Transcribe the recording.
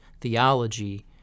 theology